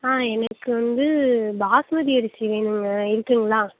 ஆ எங்களுக்கு வந்து பாஸ்மதி அரிசி வேணுங்க இருக்குங்களா